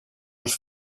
was